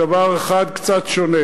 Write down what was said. בדבר אחד קצת שונה.